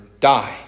die